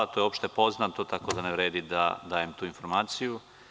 To je opšte poznato tako da ne vredi da dajem tu informaciju.